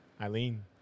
Eileen